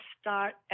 start